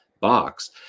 box